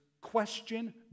question